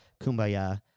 kumbaya